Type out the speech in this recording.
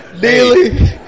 Daily